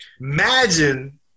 Imagine